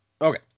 Okay